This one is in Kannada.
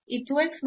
ಈ 2 x ಮತ್ತು cos